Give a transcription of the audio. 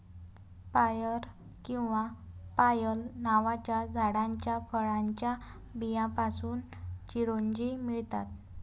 पायर किंवा पायल नावाच्या झाडाच्या फळाच्या बियांपासून चिरोंजी मिळतात